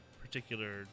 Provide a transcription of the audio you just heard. particular